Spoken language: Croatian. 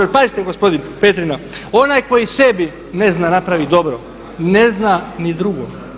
Jer pazite gospodine Petrina, onaj koji sebi ne zna napraviti dobro, ne zna ni drugom.